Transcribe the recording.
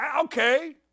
okay